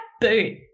boot